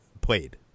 played